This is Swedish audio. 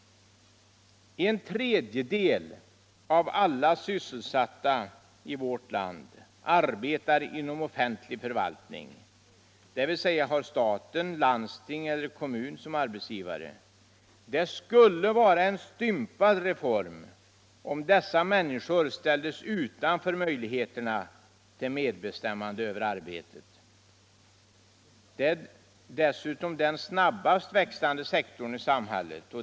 En tredjedel av alla sysselsatta i vårt land arbetar inom offentlig förvaltning, dvs. har staten, landsting eller kommun som arbetsgivare. Det skulle vara en stympad reform om dessa miinniskor ställdes utanför möjligheterna till medbestämmande över arbetet. Detta är dessutom den snabbast växande sektorn i samhället.